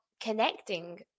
connecting